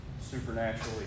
supernaturally